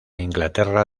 inglaterra